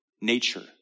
nature